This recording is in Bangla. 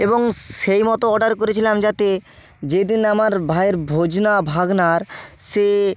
এবং সেইমতো অর্ডার করেছিলাম যাতে যেদিন আমার ভাইয়ের ভোজনা ভাগনার সে